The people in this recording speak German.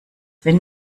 wenn